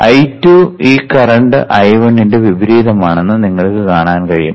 I2 ഈ current I1 ന്റെ വിപരീതമാണെന്ന് നിങ്ങൾക്ക് കാണാൻ കഴിയും